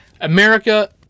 America